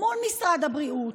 מול משרד הבריאות.